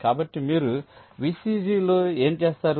కాబట్టి మీరు VCG లో ఏమి చేస్తారు